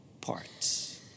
parts